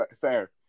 fair